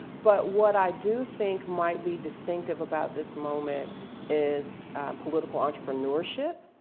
but what i do think might be distinctive about this moment is political entrepreneurship.